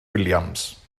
williams